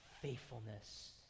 faithfulness